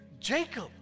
Jacob